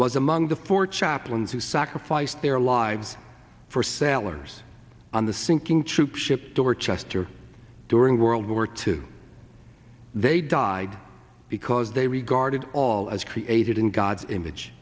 was among the four chaplains who sacrificed their lives for sailors on the sinking troop ship dorchester during world war two they died because they regarded all as created in god's image